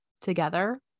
together